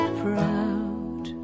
proud